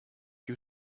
you